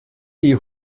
die